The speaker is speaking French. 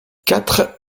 quatre